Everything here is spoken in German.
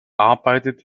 arbeitet